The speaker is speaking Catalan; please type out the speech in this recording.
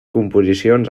composicions